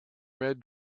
red